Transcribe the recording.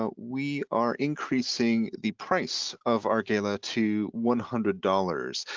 ah we are increasing the price of our gala to one hundred dollars,